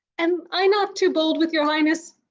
am i not too bold with your highness?